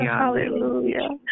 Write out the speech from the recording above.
hallelujah